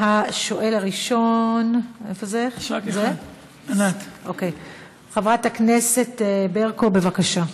השואל הראשון, חברת הכנסת ברקו, בבקשה.